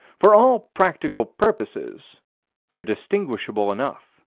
for all practical purposes they're distinguishable enough.